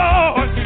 Lord